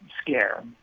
scare